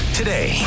today